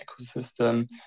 ecosystem